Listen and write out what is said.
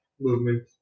Movement